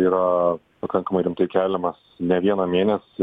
yra pakankamai rimtai keliamas ne vieną mėnesį